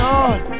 Lord